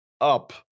up